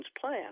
plan